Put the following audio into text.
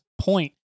point